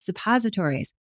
suppositories